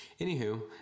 anywho